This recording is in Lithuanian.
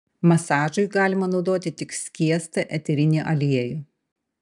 masažui galima naudoti tik skiestą eterinį aliejų